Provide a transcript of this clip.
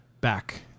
back